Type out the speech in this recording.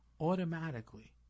automatically